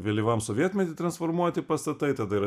vėlyvam sovietmety transformuoti pastatai tada yra